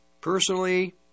personally